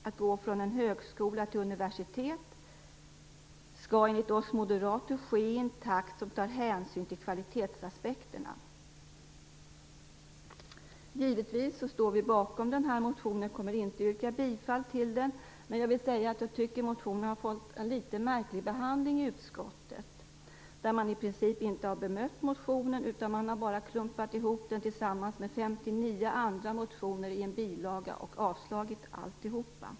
Att gå från högskola till universitet skall enligt oss moderater ske i en takt som tar hänsyn till kvalitetsaspekterna. Givetvis står vi bakom denna motion. Jag kommer inte att yrka bifall till den. Jag vill säga att jag tycker att motionen har fått en litet märklig behandling i utskottet, där man i princip inte har bemött motionen. Man har bara klumpat ihop den med 59 andra motioner i en bilaga och avslagit alltihop.